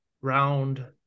round